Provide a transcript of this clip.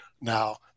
now